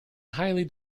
highly